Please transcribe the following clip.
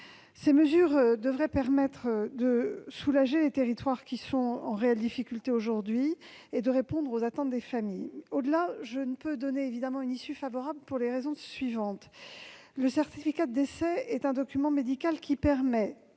Ces mesures devraient permettre de soulager les territoires qui sont en réelle difficulté aujourd'hui et de répondre aux attentes des familles. Cela étant, je ne peux donner un avis favorable à ces amendements. Le certificat de décès est en effet un document médical qui permet,